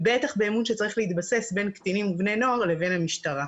ובטח באמון שצריך להתבסס בין קטינים ובני נוער לבין המשטרה.